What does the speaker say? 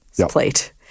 plate